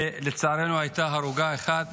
ולצערנו הייתה הרוגה אחת.